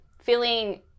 feeling